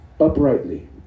uprightly